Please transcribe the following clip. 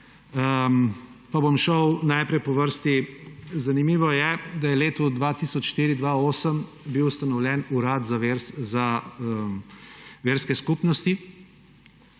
Pa bom šel najprej po vrsti. Zanimivo je, da je v letu 2004–2008 bil ustanovljen Urad za verske skupnosti